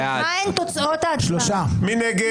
מי נגד?